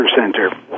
Center